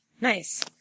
Nice